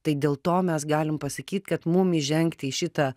tai dėl to mes galim pasakyt kad mum įžengt į šitą